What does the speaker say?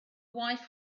wife